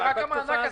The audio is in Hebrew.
רק המענק.